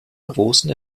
großen